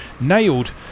Nailed